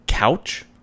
Couch